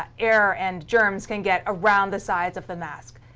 air and germs can get around the sides of the mask.